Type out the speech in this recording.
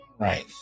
Right